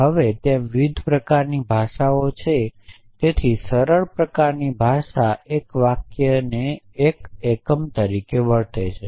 હવે ત્યાં વિવિધ પ્રકારની ભાષાઓ છે તેથી સરળ પ્રકારની ભાષા એક વાક્યને એક એકમ તરીકે વર્તે છે